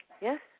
Yes